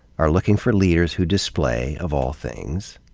are looking for leaders who display, of all things,